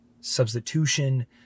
substitution